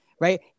Right